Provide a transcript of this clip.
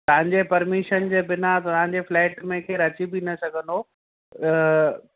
तव्हांजे परमीशन जे बिना त तव्हांजे फ़िलेट में केरु अची बि न सघंदो